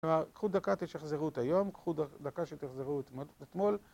כלומר, קחו דקה תשחזרו את היום, קחו דקה תשחזרו את אתמול